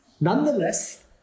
nonetheless